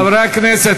חברי הכנסת,